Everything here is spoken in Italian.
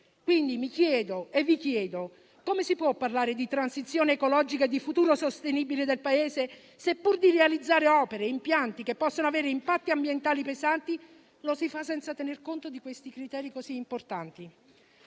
Quindi mi chiedo e vi chiedo: come si può parlare di transizione ecologica e di futuro sostenibile del Paese se, pur di realizzare opere e impianti che possono avere impatti ambientali pesanti, lo si fa senza tener conto di criteri così importanti?